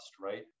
right